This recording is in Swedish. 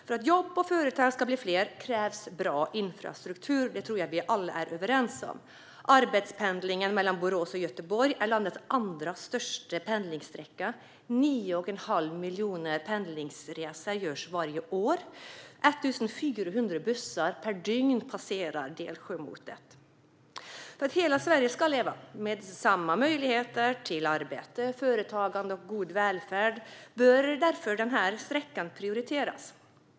För att jobb och företag ska bli fler krävs en bra infrastruktur, det tror jag att vi alla är överens om. Arbetspendlingen mellan Borås och Göteborg är landets andra största pendlingssträcka. Varje år görs det 9 1⁄2 miljon pendlingsresor. Varje dygn passerar 1 400 bussar Delsjömotet. Hela Sverige ska leva med samma möjligheter till arbete, företagande och god välfärd. Därför bör den här sträckan prioriteras.